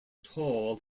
tall